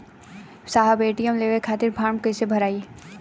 साहब ए.टी.एम लेवे खतीं फॉर्म कइसे भराई?